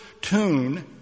tune